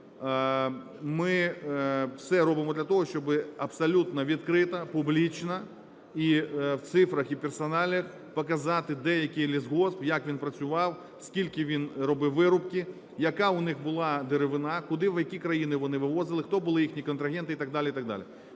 Ми все робимо для того, щоб абсолютно відкрито, публічно і в цифрах і персональних показати, де, який лісгосп, як він працював, скільки він робив вирубки, яка у них була деревина, куди, в які країни вони вивозили, хто були їх контрагенти і так далі,